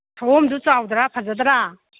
ꯁꯑꯣꯝꯗꯣ ꯆꯥꯎꯗ꯭ꯔꯥ ꯐꯖꯗ꯭ꯔꯥ